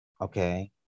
okay